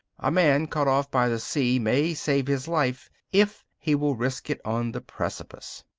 a man cut off by the sea may save his life if he will risk it on the precipice.